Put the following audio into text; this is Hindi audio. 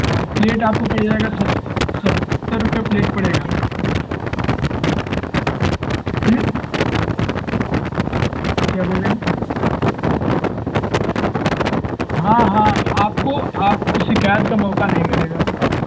हाँ प्लेट आपको पड़ जाएगी सत्तर रूपये प्लेट पड़ेगा हम्म क्या बोल रहे हैं हाँ हाँ आपको आपको शिकायत का मौक़ा नहीं मिलेगा